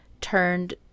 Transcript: turned